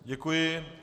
Děkuji.